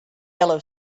yellow